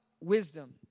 wisdom